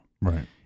Right